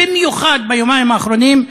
במיוחד ביומיים האחרונים,